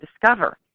discover